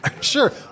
Sure